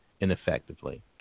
ineffectively